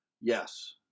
Yes